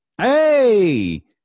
hey